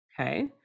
Okay